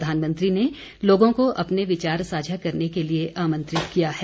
प्रधानमंत्री ने लोगों को अपने विचार साझा करने के लिए आमंत्रित किया है